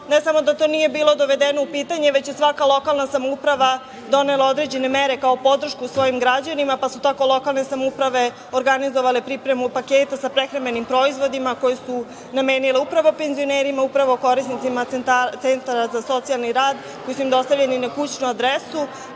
ne samo da to nije bilo dovedeno u pitanje, već je svaka lokalna samouprava donela određene mere kao podršku svojim građanima, pa su tako lokalne samouprave organizovale pripremu paketa sa prehrambenim proizvodima koji su namenile upravo penzionerima, upravo korisnicima centara za socijalni rad, koji su im dostavljeni na kućno adresu